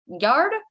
yard